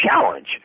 challenge